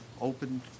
open